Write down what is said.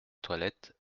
toilette